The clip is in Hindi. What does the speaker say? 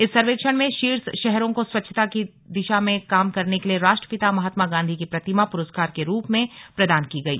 इस सर्वेक्षण में शीर्ष शहरों को स्वच्छता की दिशा में काम करने के लिए राष्ट्रपिता महात्मा गांधी की प्रतिमा पुरस्कार के रूप में प्रदान की गई